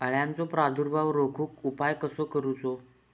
अळ्यांचो प्रादुर्भाव रोखुक उपाय कसो करूचो?